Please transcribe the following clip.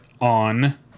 on